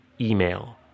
email